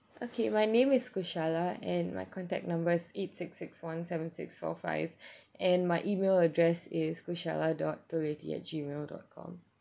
okay my name is kushala and my contact number is eight six six one seven six four five and my email address is kushala dot at G mail dot com